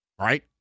right